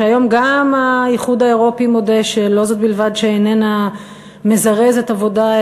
שהיום גם האיחוד האירופי מודה שלא זאת בלבד שאיננה מזרזת עבודה,